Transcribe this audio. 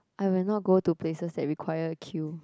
I will not go to places that require queue